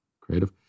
creative